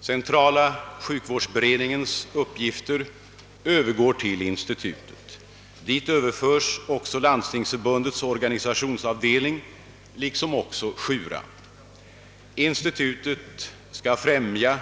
Centrala sjukvårdsberedningens uppgifter övergår till institutet. Dit överförs också Landstingsförbundets organisationsavdelning «liksom även Sjura. Institutet skall främja,